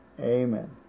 Amen